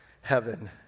heaven